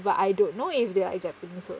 but I don't know if they are like adapting so